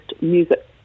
music